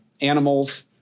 animals